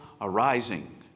arising